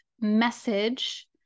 message